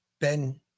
Ben